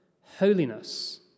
Holiness